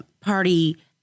party